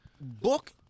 book